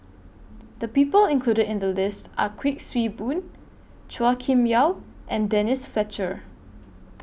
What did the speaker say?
The People included in The list Are Kuik Swee Boon Chua Kim Yeow and Denise Fletcher